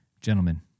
Gentlemen